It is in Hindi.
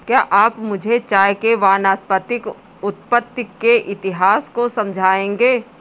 क्या आप मुझे चाय के वानस्पतिक उत्पत्ति के इतिहास को समझाएंगे?